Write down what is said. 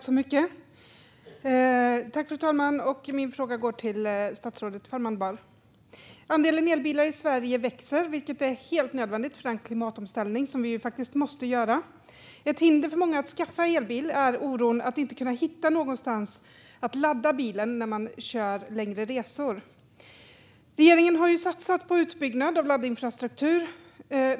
Fru talman! Min fråga går till statsrådet Farmanbar. Andelen elbilar i Sverige ökar, vilket är helt nödvändigt med tanke på den klimatomställning som vi måste göra. Men ett hinder för många att skaffa elbil är oron över att inte kunna hitta någonstans att ladda bilen på längre resor. Regeringen har satsat på utbyggnad av laddinfrastruktur.